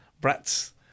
brats